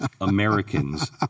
Americans